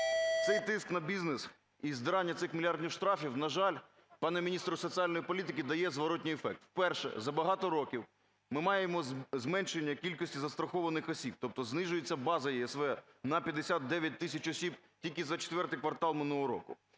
Цей тиск на бізнес і збирання цих мільярдних штрафів, на жаль, пане міністре соціальної політики, дає зворотний ефект. Вперше за багато років ми маємо зменшення кількості застрахованих осіб, тобто знижується база ЄСВ на 59 тисяч осіб тільки за ІV квартал минулого року.